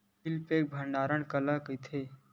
Seal pack भंडारण काला कइथे?